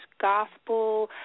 gospel